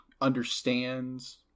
understands